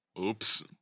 Oops